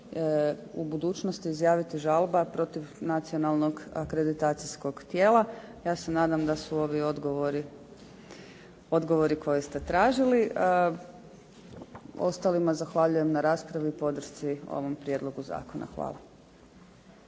u budućnosti izjaviti žalba protiv nacionalnog akreditacijskog tijela. Ja se nadam da su ovi odgovori, odgovori koje ste tražili. Ostalima zahvaljujem na raspravi u podršci ovom prijedlogu zakona. Hvala.